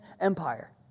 Empire